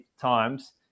times